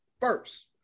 first